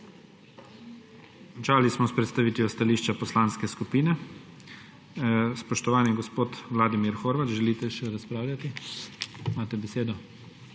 Končali smo s predstavitvijo stališča poslanske skupine. Spoštovani gospod Vladimir Horvat, želite še razpravljati? Imate besedo.